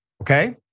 Okay